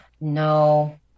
No